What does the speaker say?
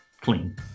clean